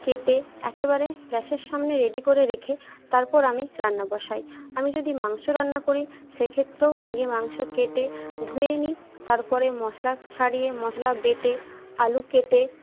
কেটে একেবারে গ্যাসের সামনে রেডি করে রেখে তারপর আমি রান্না বসাই আমি যদি মাংস রান্না করি সেক্ষেত্রেও আগে মাংস কেটে ধুয়ে নিই তারপরে মশলা ছাড়িয়ে মশলা বেটে আলু কেটে